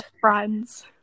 friends